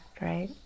right